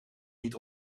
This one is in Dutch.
niet